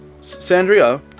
Sandria